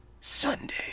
Sunday